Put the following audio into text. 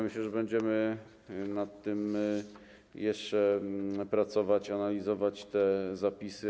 Myślę, że będziemy nad tym jeszcze pracować, analizować te zapisy.